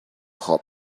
halt